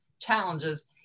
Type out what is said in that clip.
challenges